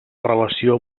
relació